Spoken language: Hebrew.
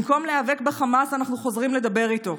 במקום להיאבק בחמאס אנחנו חוזרים לדבר איתו,